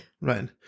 Right